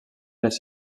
les